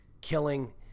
killing